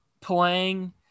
playing